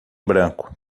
branco